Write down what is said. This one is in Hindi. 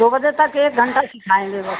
दो बजे तक एक घण्टा सिखाएँगे बस